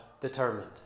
determined